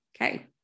Okay